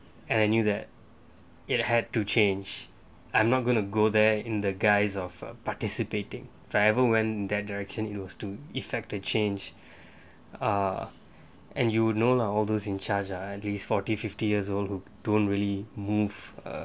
and I knew that it had to change I'm not going to go there in the guise of participating because I ever went that direction it was to effect the change uh and you know lah all those in charge ah at least forty fifty years old who don't really move